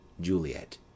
Juliet